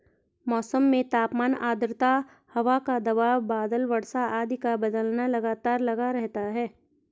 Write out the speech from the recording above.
मौसम में तापमान आद्रता हवा का दबाव बादल वर्षा आदि का बदलना लगातार लगा रहता है